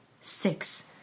six